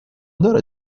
دارد